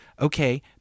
Okay